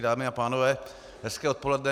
Dámy a pánové, hezké odpoledne.